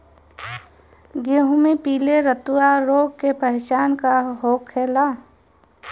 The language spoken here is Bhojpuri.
गेहूँ में पिले रतुआ रोग के पहचान का होखेला?